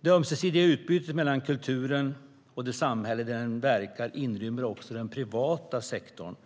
Det ömsesidiga utbytet mellan kulturen och det samhälle där den verkar inrymmer också den privata sektorn.